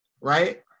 right